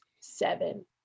Seven